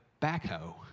backhoe